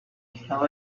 have